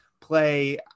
play